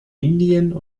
indien